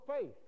faith